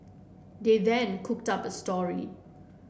they then cooked up a story